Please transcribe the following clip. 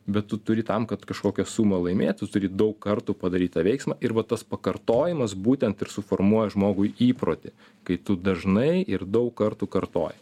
bet tu turi tam kad kažkokią sumą laimėt tu turi daug kartų padaryt tą veiksmą ir va tas pakartojimas būtent ir suformuoja žmogui įprotį kai tu dažnai ir daug kartų kartoji